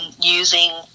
using